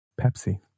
Pepsi